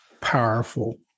powerful